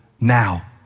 now